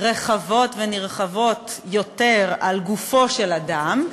רחבות ונרחבות יותר על גופו של אדם,